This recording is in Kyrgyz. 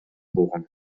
болгон